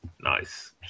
Nice